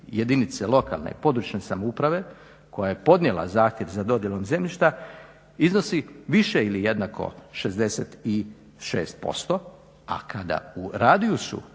jedinice lokalne i područne samouprave koja je podnijela zahtjev za dodjelom zemljišta iznosi više ili jednako 66%, a kada u radijusu